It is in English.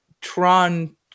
Tron